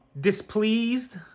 displeased